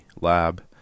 lab